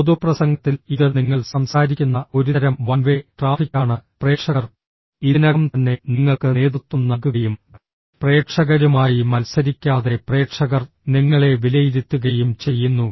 പൊതുപ്രസംഗത്തിൽ ഇത് നിങ്ങൾ സംസാരിക്കുന്ന ഒരുതരം വൺവേ ട്രാഫിക്കാണ് പ്രേക്ഷകർ ഇതിനകം തന്നെ നിങ്ങൾക്ക് നേതൃത്വം നൽകുകയും പ്രേക്ഷകരുമായി മത്സരിക്കാതെ പ്രേക്ഷകർ നിങ്ങളെ വിലയിരുത്തുകയും ചെയ്യുന്നു